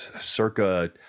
circa